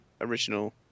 original